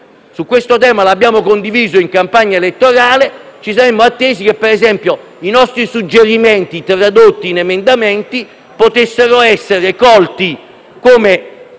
su questo tema che abbiamo condiviso in campagna elettorale. Ci saremmo attesi - per esempio - che i nostri suggerimenti tradotti in emendamenti potessero essere colti e